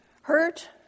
hurt